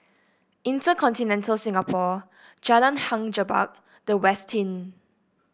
InterContinental Singapore Jalan Hang Jebat The Westin